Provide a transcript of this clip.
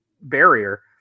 barrier